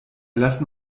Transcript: lassen